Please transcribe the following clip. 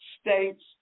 states